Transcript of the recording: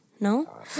no